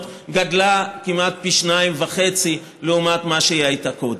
גדלה כמעט פי 2.5 לעומת מה שהיא הייתה קודם.